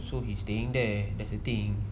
so he's staying there that's the thing